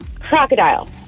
crocodile